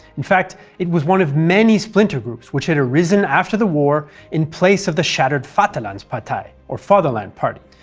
in fact, it was one of many splinter groups which had arisen after the war in place of the shattered vaterlandspartei, or fatherland party.